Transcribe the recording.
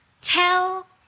Tell